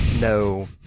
no